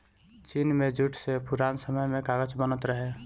चीन में जूट से पुरान समय में कागज बनत रहे